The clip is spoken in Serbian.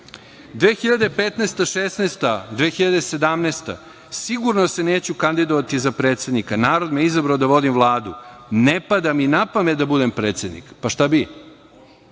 2015, 2016, 2017. – sigurno se neću kandidovati za predsednika, narod me je izabrao da vodim Vladu, ne pada mi na pamet da budem predsednik. Šta bi?